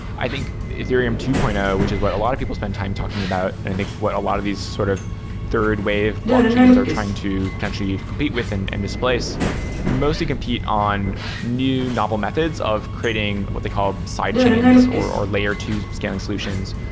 i think ethereum two point zero, which is what a lot of people spend time talking about and i think what a lot of these sort of third wave blockchains are trying to potentially compete with and and misplace mostly compete on new novel methods of creating what they call side chains or or layer two scanning solutions,